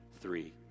three